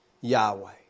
Yahweh